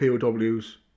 POWs